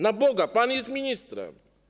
Na Boga, pan jest ministrem.